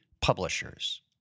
publishers